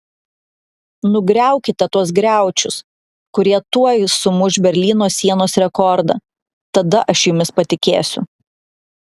nugriaukite tuos griaučius kurie tuoj sumuš berlyno sienos rekordą tada aš jumis patikėsiu